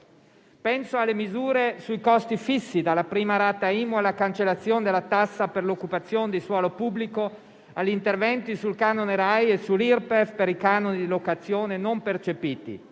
Penso alle misure sui costi fissi, dalla prima rata IMU alla cancellazione della tassa per l'occupazione di suolo pubblico, agli interventi sul canone RAI e sull'Irpef per i canoni di locazione non percepiti.